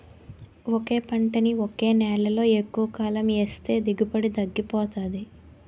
ఒకే పంటని ఒకే నేలలో ఎక్కువకాలం ఏస్తే దిగుబడి తగ్గిపోతాది